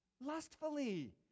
lustfully